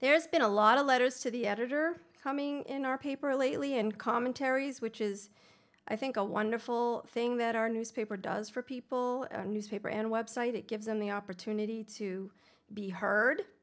there's been a lot of letters to the editor coming in our paper lately and commentaries which is i think a wonderful thing that our newspaper does for people newspaper and website it gives them the opportunity to be heard